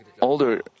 older